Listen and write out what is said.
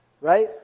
right